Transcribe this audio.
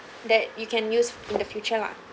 that you can use in the future lah